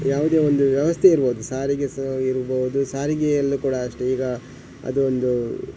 ಯಾವುದೇ ಒಂದು ವ್ಯವಸ್ಥೆ ಇರ್ಬೋದು ಸಾರಿಗೆ ಸ್ ಇರ್ಬೋದು ಸಾರಿಗೆಯಲ್ಲು ಕೂಡ ಅಷ್ಟೆ ಈಗ ಅದೊಂದು